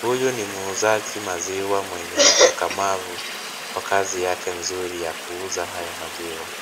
huyu ni muuzaji maziwa mwenye ukakamavu, kwa kazi yake nzuri ya kuuza haya maziwa.